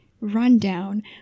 rundown